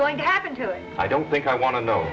going to happen to it i don't think i want to know